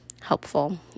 helpful